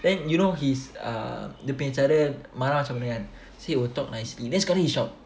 then you know his uh dia punya cara marah macam mana kan see he will talk nicely then suddenly he shout